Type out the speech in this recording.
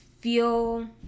feel